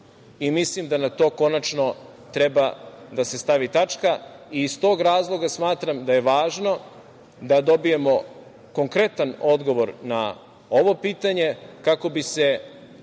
mislim da na to konačno treba da se stavi tačka. Iz tog razloga smatram da je važno da dobijemo konkretan odgovor na ovo pitanje, kako bi se,